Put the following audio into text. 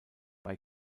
bei